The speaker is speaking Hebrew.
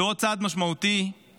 זהו עוד צעד משמעותי עבורכם,